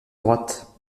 droite